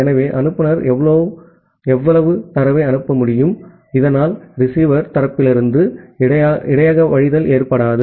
ஆகவே அனுப்புநர் அவ்வளவு தரவை அனுப்ப முடியும் இதனால் ரிசீவர் தரப்பிலிருந்து இடையக வழிதல் ஏற்படாது